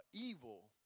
evil